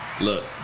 Look